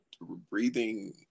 breathing